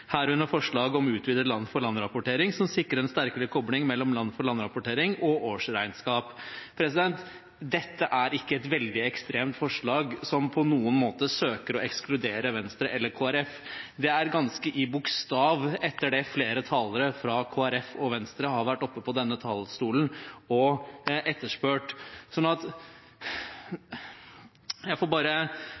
herunder forslag om utvidet land-for-land-rapportering som sikrer en sterkere kobling mellom land-for-land-rapportering og årsregnskap.» Dette er ikke et veldig ekstremt forslag, som på noen måte søker å ekskludere Venstre eller Kristelig Folkeparti. Det er ganske i bokstav etter det flere talere fra Kristelig Folkeparti og Venstre har vært oppe på denne talerstolen og etterspurt. Jeg får bare